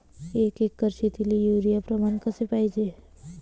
एक एकर शेतीले युरिया प्रमान कसे पाहिजे?